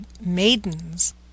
maidens